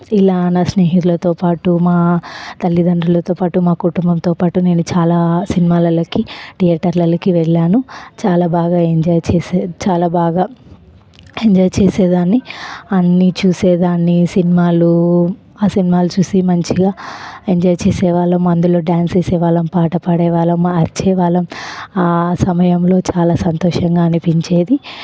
ఇలా నా స్నేహితులతో పాటు మా తల్లిదండ్రులతో పాటు మా కుటుంబంతోపాటు నేను చాలా సినిమాలలోకి థియేటర్లలోకి వెళ్ళాను చాలా బాగా ఎంజాయ్ చేసేది చాలా బాగా ఎంజాయ్ చేసేదాన్ని అన్ని చూసేదాన్ని సినిమాలు ఆ సినిమాలు చూసి మంచిగా ఎంజాయ్ చేసేవాళ్ళము అందులో డాన్స్ చేసేవాళ్ళము పాట పాడే వాళ్ళము అరిచే వాళ్ళము ఆ సమయంలో చాలా సంతోషంగా అనిపించేది